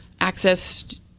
Access